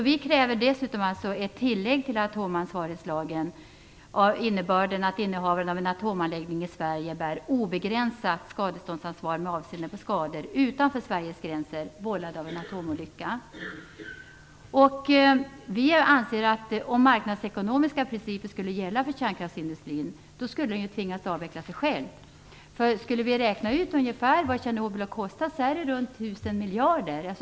Vi kräver alltså ett tillägg till atomansvarighetslagen med innebörden att innehavaren av en atomanläggning i Sverige bär obegränsat skadeståndsansvar med avseende på skador utanför Sveriges gränser vållade av en atomolycka. Om marknadsekonomiska principer skulle gälla för kärnkraftsindustrin skulle den tvingas avveckla sig själv. Skulle vi räkna ut ungefär vad Tjernobyl har kostat skulle vi komma fram till att det är runt tusen miljarder.